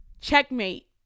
Checkmate